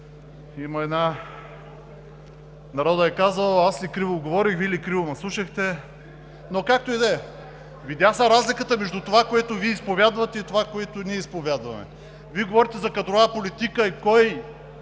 засегнат. Народът е казал: „Аз ли криво говорих, Вие ли криво ме слушахте?“ Но, както и да е. Видя се разликата между това, което Вие изповядвате, и това, което ние изповядваме. Вие говорите за кадрова политика и Ви